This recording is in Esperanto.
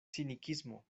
cinikismo